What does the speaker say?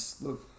look